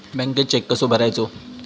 बँकेत चेक कसो भरायचो?